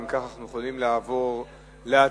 אם כך, אנחנו יכולים לעבור להצבעה.